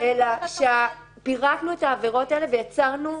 אלא שפירטנו את העבירות האלה ויצרנו --- בסדר,